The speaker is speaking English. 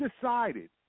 decided